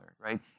right